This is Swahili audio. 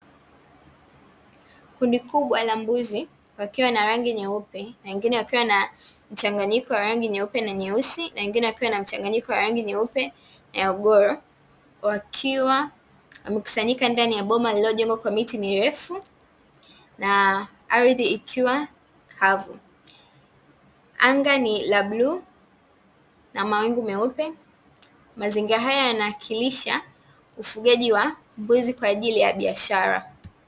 Kundi kubwa la mbuzi wakiwa na rangi nyeupe na wengine wakiwa na mchanganyiko wa rangi nyeupe na nyeusi, na wengine wakiwa na mchanganyiko wa rangi nyeupe na ya ugoro, wakiwa wamekusanyika ndani ya boma lililojengwa kwa miti mirefu na ardhi ikiwa kavu. Anga ni la bluu na mawingu meupe, mazingira haya yanawakilisha ufugaji wa mbuzi kwa ajili ya biashara.